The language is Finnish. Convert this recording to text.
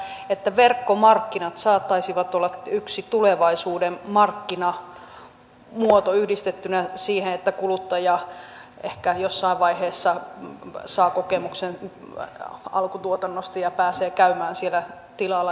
uskoisin että verkkomarkkinat saattaisivat olla yksi tulevaisuuden markkinamuoto yhdistettynä siihen että kuluttaja ehkä jossain vaiheessa saa kokemuksen alkutuotannosta ja pääsee käymään siellä tilalla